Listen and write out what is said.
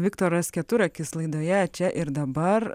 viktoras keturakis laidoje čia ir dabar